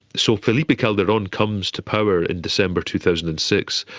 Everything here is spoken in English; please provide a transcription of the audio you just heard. so felipe calderon comes to power in december two thousand and six,